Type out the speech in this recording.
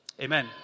Amen